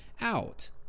out